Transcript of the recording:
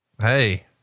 Hey